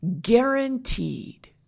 guaranteed